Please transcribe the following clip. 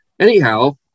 Anyhow